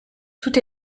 tout